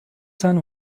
sein